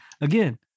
Again